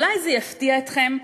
אולי זה יפתיע אתכם,